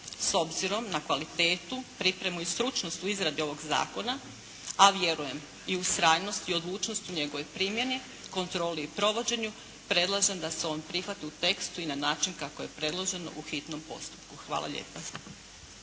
s obzirom na kvalitetu, pripremu i stručnost u izradi ovog zakona, a vjerujem i ustrajnost i odlučnost u njegovoj primjeni, kontroli i provođenju predlažem da se on prihvati u tekstu i na način kako je predloženo u hitnom postupku. Hvala lijepa.